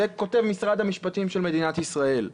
את זה כותב משרד המשפטים של מדינת ישראל.